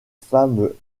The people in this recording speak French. femmes